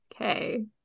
Okay